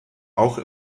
auch